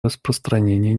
распространения